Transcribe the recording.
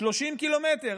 30 קילומטר,